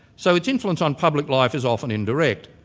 so its influence on public life is often indirect.